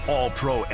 All-Pro